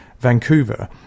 Vancouver